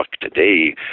today